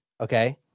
Okay